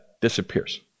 disappears